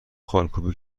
خالکوبی